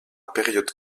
période